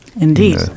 indeed